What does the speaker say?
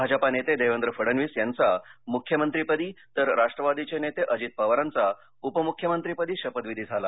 भाजपा नेते देवेंद्र फडणवीस यांचा मुख्यमंत्रीपदी तर राष्ट्रवादीचे नेतें अजित पवारांचा उपमुख्यमंत्रीपदी शपथविधी झाला